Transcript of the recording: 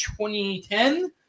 2010